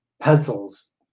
pencils